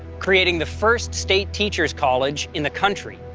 creating the first state teachers' college in the country.